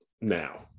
now